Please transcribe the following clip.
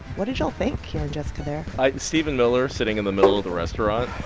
what did y'all think hearing jessica there? i stephen miller sitting in the middle of the restaurant.